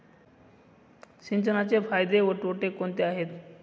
सिंचनाचे फायदे व तोटे कोणते आहेत?